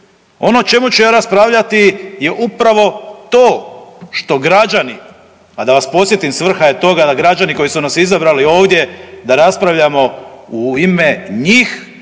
Ono o čemu ću ja raspravljati je upravo to što građani, a da vas podsjetim svrha je toga da građani koji su nas izabrali ovdje da raspravljamo u ime njih